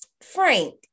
Frank